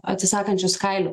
atsisakančius kailių